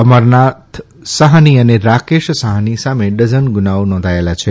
અમરનાથ સાહની અને રાકેશ સાહની સામે ડઝન ગુનાઓ નોંધાયેલા છે